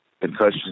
Concussion